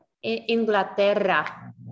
Inglaterra